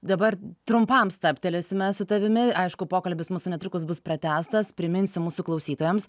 dabar trumpam stabtelėsime su tavimi aišku pokalbis mūsų netrukus bus pratęstas priminsiu mūsų klausytojams